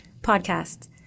podcasts